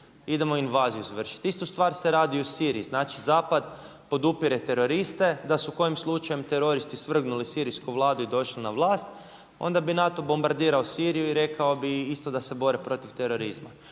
idemo invaziju izvršiti. Istu stvar se radi i u Siriji. Znači zapad podupire teroriste da su kojim slučajem teroristi svrgnuli sirijsku Vladu i došli na vlast, onda bi NATO bombardirao Siriju i rekao bi isto da se bore protiv terorizma.